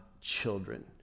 children